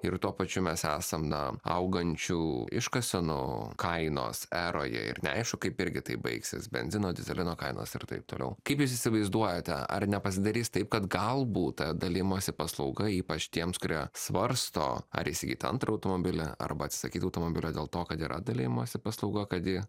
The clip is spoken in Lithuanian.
ir tuo pačiu mes esam na augančių iškasenų kainos eroje ir neaišku kaip irgi tai baigsis benzino dyzelino kainos ir taip toliau kaip jūs įsivaizduojate ar nepasidarys taip kad gal būt ta dalijimosi paslauga ypač tiems kurie svarsto ar įsigyt antrą automobilį arba atsisakyt automobilio dėl to kad yra dalijimosi paslauga kad ji